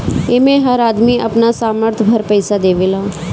एमे हर आदमी अपना सामर्थ भर पईसा देवेला